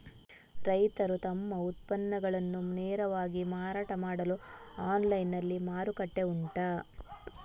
ರೈತರು ತಮ್ಮ ಉತ್ಪನ್ನಗಳನ್ನು ನೇರವಾಗಿ ಮಾರಾಟ ಮಾಡಲು ಆನ್ಲೈನ್ ನಲ್ಲಿ ಮಾರುಕಟ್ಟೆ ಉಂಟಾ?